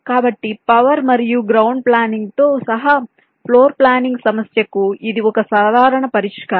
కాబట్టి పవర్ మరియు గ్రౌండ్ ప్లానింగ్తో సహా ఫ్లోర్ ప్లానింగ్ సమస్యకు ఇది ఒక సాధారణ పరిష్కారం